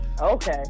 Okay